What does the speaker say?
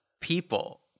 People